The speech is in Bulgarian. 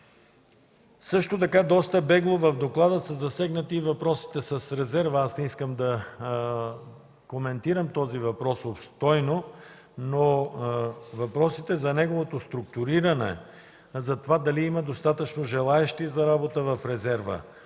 закона. Доста бегло в доклада са засегнати въпросите с резерва. Не искам да коментирам този въпрос обстойно, но въпросите за неговото структуриране, за това дали има достатъчно желаещи за работа в резерва,